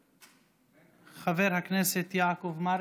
חבר הכנסת יעקב מרגי.